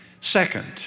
Second